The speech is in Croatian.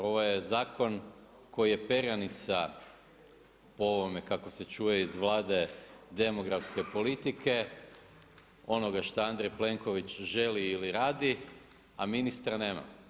Ovaj je zakon koji je perjanica po ovome kako se čuje iz Vlade demografske politike, onoga što Andrej Plenković želi ili radi, a ministra nemamo.